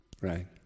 Right